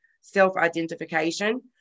self-identification